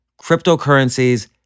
Cryptocurrencies